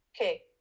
Okay